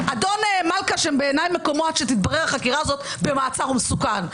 אדון מלכה שבעיניי מקומו עד שתתברר החקירה הזאת במעצר הוא מסוכן,